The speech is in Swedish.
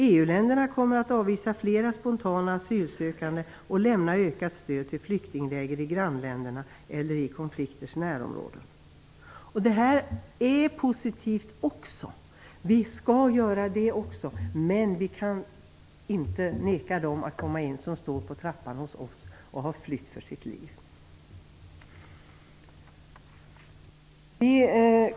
EU-länderna kommer att avvisa flera spontana asylsökande och lämna ökat stöd till flyktingläger i grannländerna eller i konflikters närområden. Det här är positivt. Vi skall göra det också, men vi kan inte neka dem att komma in som står på trappan hos oss och har flytt för sitt liv.